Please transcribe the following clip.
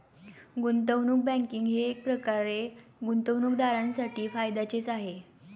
गुंतवणूक बँकिंग हे एकप्रकारे गुंतवणूकदारांसाठी फायद्याचेच आहे